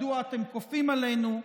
מדוע אתם כופים עלינו?